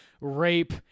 rape